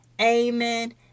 Amen